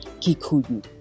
Kikuyu